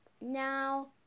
Now